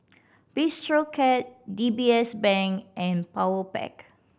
Bistro Cat D B S Bank and Powerpac